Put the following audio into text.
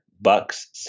Bucks